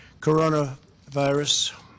coronavirus